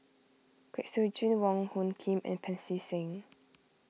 Kwek Siew Jin Wong Hung Khim and Pancy Seng